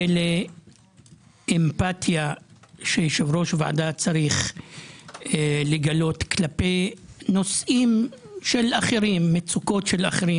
ולאמפתיה שיושב-ראש ועדה צריך לגלות כלפי נושאים ומצוקות של אחרים,